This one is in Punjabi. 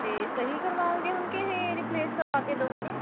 ਅਤੇ ਸਹੀ ਕਰਵਾਓਗੇ ਹੁਣ ਕਿ ਇਹ ਰਿਪਲੇਸ ਕਰਵਾ ਕੇ ਦਿਉਗੇ